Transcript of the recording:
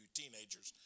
teenagers